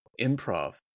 improv